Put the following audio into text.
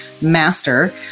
master